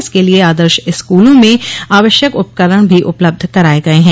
इसके लिए आदर्श स्कूलों में आवश्यक उपकरण भी उपलब्ध कराये गये हैं